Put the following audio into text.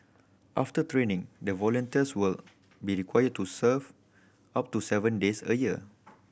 after training the volunteers will be required to serve up to seven days a year